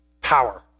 power